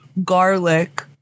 Garlic